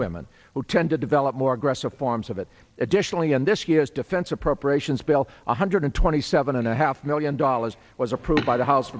women who tend to develop more aggressive forms of it additionally and this u s defense appropriations bill one hundred twenty seven and a half million dollars was approved by the house